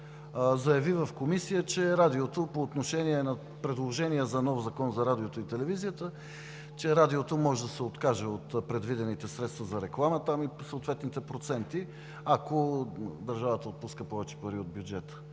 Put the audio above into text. на Радиото заяви по отношение на предложения за нов Закон за радиото и телевизията, че Радиото може да се откаже от предвидените средства за реклама там и съответните проценти, ако държавата отпуска повече пари от бюджета.